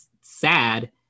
sad